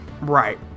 Right